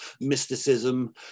mysticism